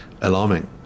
alarming